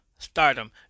Stardom